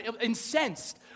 incensed